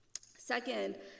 Second